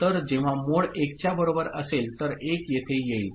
तर जेव्हा मोड 1 च्या बरोबर असेल तर 1 येथे येईल